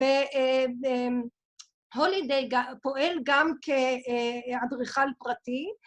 ‫והולידיי פועל גם כאדריכל פרטי.